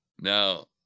Now